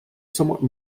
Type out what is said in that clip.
somewhat